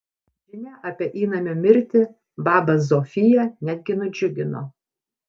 žinia apie įnamio mirtį babą zofiją netgi nudžiugino